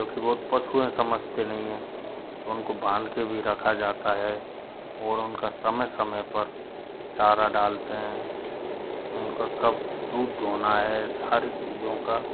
क्योंकि वो तो पशू हैं समझते नहीं हैं तो उन को बांध के भी रखा जाता है और उन का समय समय पर चारा डालते हैं उन का कब दूध दुहना है सारी चीज़ों का